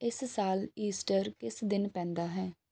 ਇਸ ਸਾਲ ਈਸਟਰ ਕਿਸ ਦਿਨ ਪੈਂਦਾ ਹੈ